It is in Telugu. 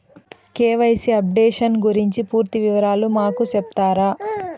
కె.వై.సి అప్డేషన్ గురించి పూర్తి వివరాలు మాకు సెప్తారా?